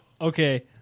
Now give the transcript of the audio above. Okay